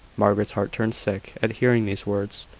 margaret's heart turned sick at hearing these words,